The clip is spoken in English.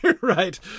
right